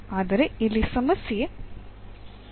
ಆದರೆ ಇಲ್ಲಿ ಸಮಸ್ಯೆ ಏನು